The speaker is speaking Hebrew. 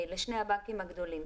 לשני הבנקים הגדולים,